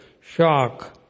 shock